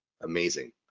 amazing